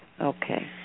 Okay